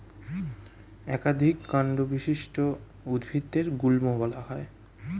একাধিক কান্ড বিশিষ্ট উদ্ভিদদের গুল্ম বলা হয়